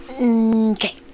Okay